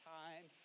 time